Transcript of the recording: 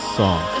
song